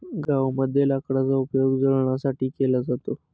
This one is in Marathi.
गावामध्ये लाकडाचा उपयोग जळणासाठी केला जातो